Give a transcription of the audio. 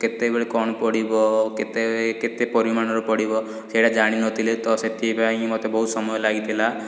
କେତେବେଳେ କ'ଣ ପଡ଼ିବ କେତେ କେତେ ପରିମାଣର ପଡ଼ିବ ସେଇଟା ଜାଣିନଥିଲି ତ ସେଥିପାଇଁକି ମୋତେ ବହୁତ ସମୟ ଲାଗିଥିଲା